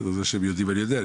בסדר, זה שהם יודעים אני יודע.